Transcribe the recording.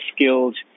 skilled